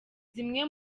zimwe